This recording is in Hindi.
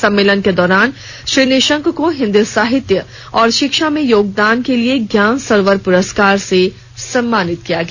सम्मेलन के दौरान श्री निशंक को हिन्दी साहित्य और शिक्षा में योगदान के लिए ज्ञान सरोवर प्रस्कोर से सम्मानित किया गया